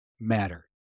matter